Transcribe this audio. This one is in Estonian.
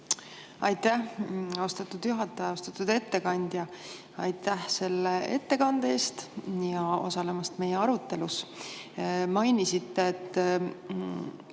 Aitäh, austatud juhataja! Austatud ettekandja, aitäh ettekande eest ja osalemise eest meie arutelus! Mainisite, et